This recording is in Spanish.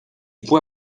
fue